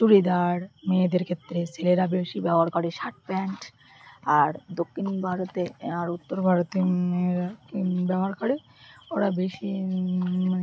চুড়িদার মেয়েদের ক্ষেত্রে ছেলেরা বেশি ব্যবহার করে শার্ট প্যান্ট আর দক্ষিণ ভারতে আর উত্তর ভারতে ব্যবহার করে ওরা বেশি